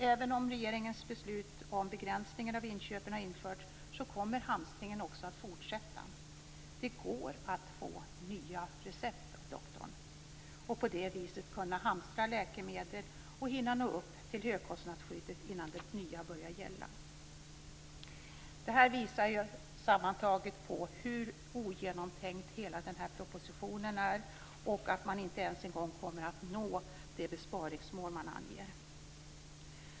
Även om regeringens beslut om begränsning av inköpen har införts kommer hamstringen att fortsätta. Det går att få nya recept av doktorn och på det viset hamstra läkemedel och hinna nå upp till högkostnadsskyddet innan det nya börjar gälla. Detta visar sammantaget på hur ogenomtänkt hela propositionen är och på att man inte ens kommer att nå det besparingsmål man anger.